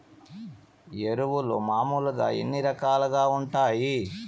ఎరువులు మామూలుగా ఎన్ని రకాలుగా వుంటాయి?